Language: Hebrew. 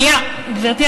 גברתי,